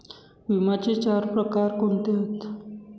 विम्याचे चार प्रकार कोणते आहेत?